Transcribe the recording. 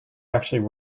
actually